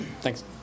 Thanks